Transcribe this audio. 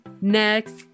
next